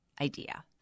idea